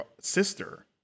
sister